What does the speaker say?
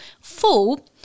full